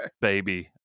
baby